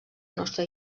nostra